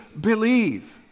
believe